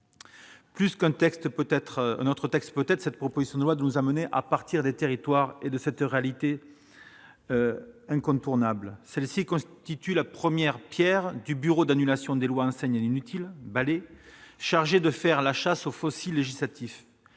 plus qu'un autre texte peut-être, cette proposition de loi doit nous amener à partir des territoires et de cette réalité incontournable. Ce texte constitue la première pierre du « bureau d'annulation des lois anciennes et inutiles », dit « Balai », chargé de faire la chasse aux « fossiles législatifs